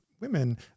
women